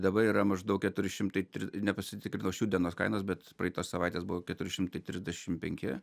dabar yra maždaug keturi šimtai nepasitikrinau šių dienos kainos bet praeitos savaitės buvo keturi šimtai trisdešim penki